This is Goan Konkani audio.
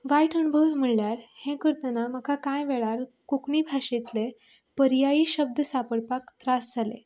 वायट अणभव म्हळ्यार हें करतना म्हाका कांय वेळार कोंकणी भाशेंतले पर्यायी शब्द सापडपाक त्रास जालें